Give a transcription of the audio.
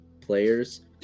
players